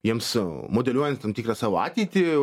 jiems a modeliuojant tam tikrą savo ateitį